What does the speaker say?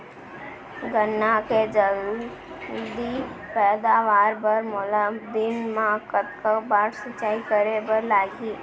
गन्ना के जलदी पैदावार बर, मोला दिन मा कतका बार सिंचाई करे बर लागही?